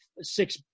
Six